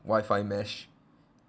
WI-FI mesh